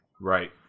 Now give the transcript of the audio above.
Right